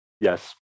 yes